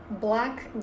black